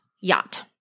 Yacht